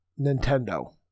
Nintendo